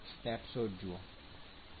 snapshot જુઓ